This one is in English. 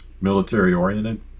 military-oriented